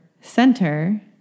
center